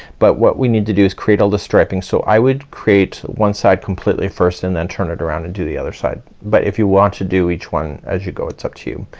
but what we need to do is create all the striping. so i would create one side completely first and then turn it around and do the other side but if you want to do each one as you go, it's up to you.